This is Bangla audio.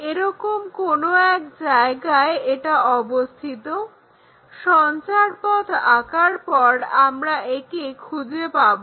এরকম কোনো এক জায়গায় এটা অবস্থিত সঞ্চারপথ আঁকার পর আমরা একে খুঁজে পাবো